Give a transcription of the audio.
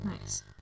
nice